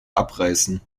abreißen